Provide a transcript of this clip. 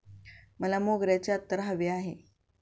मला मोगऱ्याचे अत्तर हवे आहे